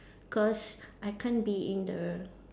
cause I can't be in the